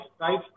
right